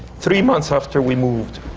three months after we moved,